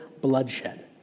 bloodshed